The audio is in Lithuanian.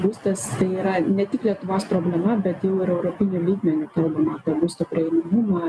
būstas tai yra ne tik lietuvos problema bet jau ir europiniu lygmeniu kalbama apie būsto prieinamumą